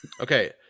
Okay